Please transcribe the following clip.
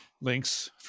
links